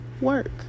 work